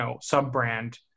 sub-brand